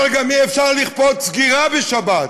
אבל גם אי-אפשר לכפות סגירה בשבת.